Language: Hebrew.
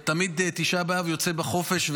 תמיד תשעה באב יוצא בחופש,